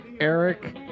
Eric